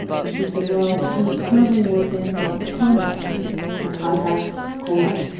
and she said, well, he's currently working for, like, a contractor a contract coal mine.